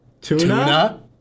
Tuna